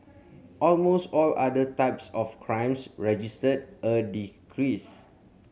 almost all other types of crimes registered a decrease